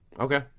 Okay